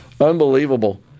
Unbelievable